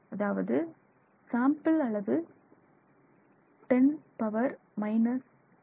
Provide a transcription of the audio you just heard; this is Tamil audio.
அதாவது சாம்பிள் அளவு 10 பவர் 2